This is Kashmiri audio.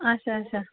اچھا اچھا